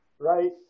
right